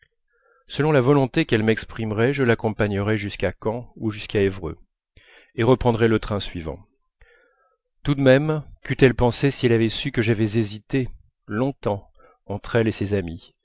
selon la volonté qu'elle m'exprimerait je l'accompagnerais jusqu'à caen ou jusqu'à évreux et reprendrais le train suivant tout de même queût elle pensé si elle avait su que j'avais hésité longtemps entre elle et ses amies